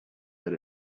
that